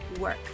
Work